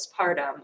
postpartum